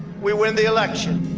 we win the election.